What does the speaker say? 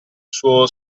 suo